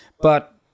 But-